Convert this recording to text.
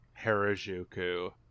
Harajuku